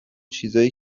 چیزای